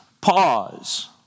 pause